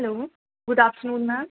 hello good afternoon ma'am